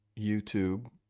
YouTube